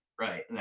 right